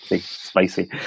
Spicy